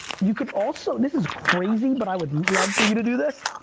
you could also, this is crazy, but i would love for you to do this.